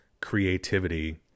creativity